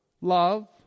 love